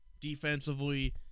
defensively